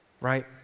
right